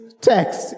text